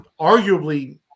arguably